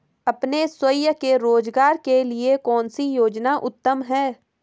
अपने स्वयं के रोज़गार के लिए कौनसी योजना उत्तम है?